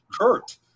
Kurt